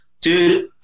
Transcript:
dude